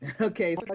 Okay